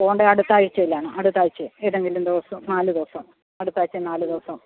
പോകേണ്ടത് അടുത്ത ആഴ്ചയിലാണ് അടുത്ത ആഴ്ചയിൽ ഏതെങ്കിലും ദിവസം നാല് ദിവസം അടുത്താഴ്ച നാല് ദിവസം